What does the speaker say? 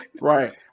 right